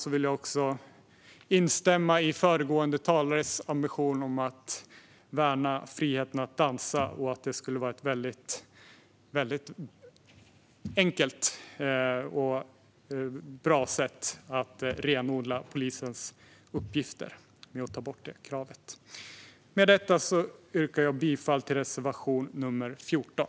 Slutligen vill jag instämma i föregående talares ambition att värna friheten att dansa och att det skulle vara ett mycket enkelt och bra sätt att renodla polisens uppgifter att ta bort detta krav på dem att ge tillstånd för det. Jag yrkar bifall till reservation 14.